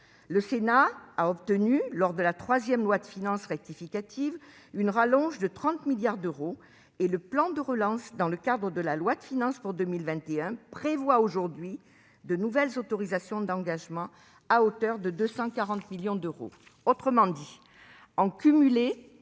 Le Sénat a obtenu, dans la troisième loi de finances rectificative, une rallonge de 30 millions d'euros. Le plan de relance, dans le cadre de la loi de finances pour 2021, prévoit, lui, de nouvelles autorisations d'engagement, à hauteur de 240 millions d'euros. Autrement dit, en cumulé,